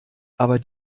aber